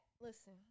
Listen